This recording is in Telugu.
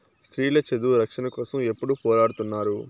స్త్రీల చదువు రక్షణ కోసం ఎప్పుడూ పోరాడుతున్నారు